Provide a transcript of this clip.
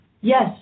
Yes